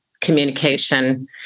Communication